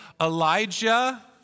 Elijah